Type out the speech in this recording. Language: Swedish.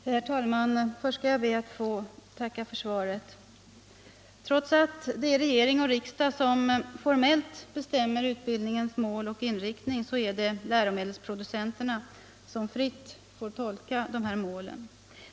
Herr talman! Först skall jag be att få tacka för svaret. Trots att det är regering och riksdag som formellt bestämmer utbildningens mål och inriktning är det läromedelsproducenterna som fritt får tolka dessa mål.